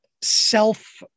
self